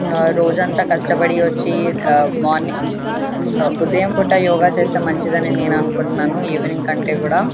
రోజంతా కష్టపడి వచ్చి మార్నింగ్ ఉదయం పూట యోగా చేస్తే మంచిదని నేననుకుంటున్నాను ఈవినింగ్ కంటే కూడా